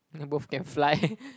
they both can fly